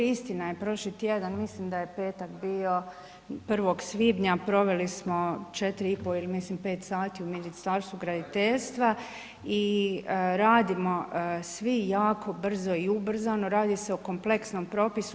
Istina je prošli tjedan mislim da je petak bio 1.svibnja proveli smo 4,5 ili mislim 5 sati u Ministarstvu graditeljstva i radimo svi jako brzo i ubrzano, radi se o kompleksnom propisu.